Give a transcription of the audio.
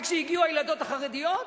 רק כשהגיעו הילדות החרדיות